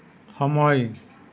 সময়